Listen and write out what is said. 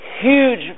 huge